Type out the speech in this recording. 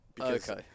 Okay